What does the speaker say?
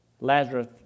Lazarus